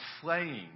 flaying